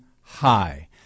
high